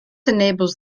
enables